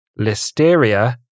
listeria